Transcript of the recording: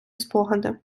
спогади